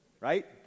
Right